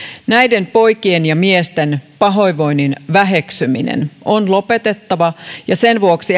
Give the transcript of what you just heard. näiden poikien ja miesten pahoinvoinnin väheksyminen on lopetettava ja sen vuoksi